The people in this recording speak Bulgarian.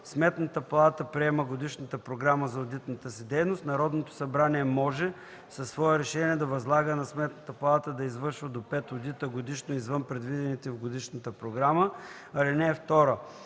Сметната палата приема годишната програма за одитната си дейност. Народното събрание може със свое решение да възлага на Сметната палата да извършва до 5 одита годишно извън предвидените в годишната програма. (2) Сметната